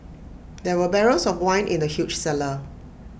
there were barrels of wine in the huge cellar